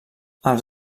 els